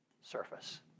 surface